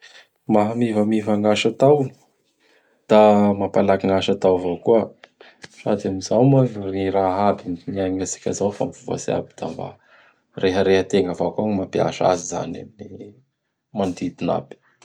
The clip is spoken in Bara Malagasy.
Maha mivamiva gn' asa atao. Da mampalaky gn' asa atao avao koa sady amin'izao moa gny raha aby iaignatsika izao fa mivoatsy aby; da mba reharehantegna avao koa ny mampiasa azy izany amin'ny manodidina aby.